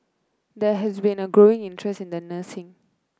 there has been a growing interest in nursing